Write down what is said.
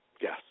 Yes